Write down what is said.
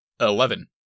Eleven